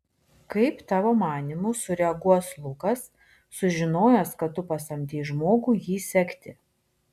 kaip tavo manymu sureaguos lukas sužinojęs kad tu pasamdei žmogų jį sekti